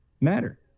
matter